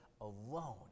alone